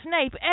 Snape